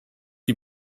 die